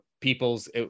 people's